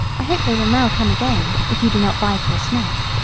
i hope they will now come again, if you do not bite or snap.